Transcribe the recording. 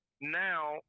now